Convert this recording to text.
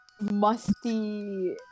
musty